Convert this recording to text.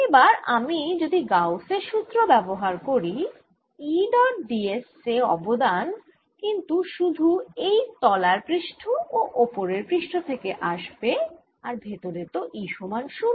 এবার আমি যদি গাউস এর সুত্র ব্যবহার করি E ডট d s এ অবদান কিন্তু শুধু এই তলার পৃষ্ঠ ও ওপরের পৃষ্ঠ থেকে আসবে আর ভেতরে তো E সমান 0